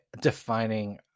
defining